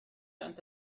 أنت